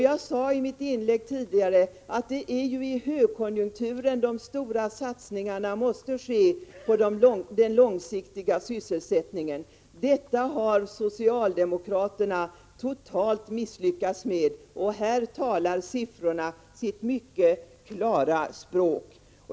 Jag sade i mitt tidigare inlägg att det är i högkonjunkturen de stora satsningarna måste ske på den långsiktiga sysselsättningen. Detta har socialdemokraterna totalt misslyckats med. Här talar siffrorna sitt mycket klara språk.